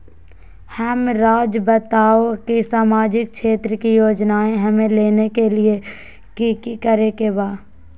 हमराज़ बताओ कि सामाजिक क्षेत्र की योजनाएं हमें लेने के लिए कि कि करे के बा?